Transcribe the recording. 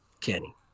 kenny